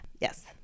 Yes